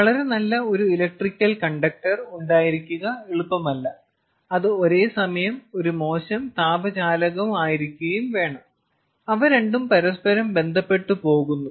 വളരെ നല്ല ഒരു ഇലക്ട്രിക്കൽ കണ്ടക്ടർ ഉണ്ടായിരിക്കുക എളുപ്പമല്ല അത് ഒരേ സമയം ഒരു മോശം താപ ചാലകമായിരിക്കുകയും വേണം അവ രണ്ടും പരസ്പരം ബന്ധപ്പെട്ടു പോകുന്നു